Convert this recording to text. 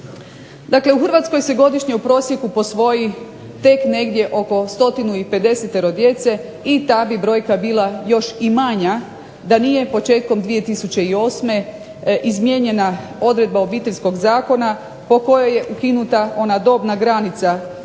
Dakle, u Hrvatskoj se godišnje u prosjeku posvoji tek negdje oko 150 djece i ta bi brojka bila još i manja da nije početkom 2008. izmijenjena odredba Obiteljskog zakona po kojoj je ukinuta ona dobna granica